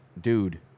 dude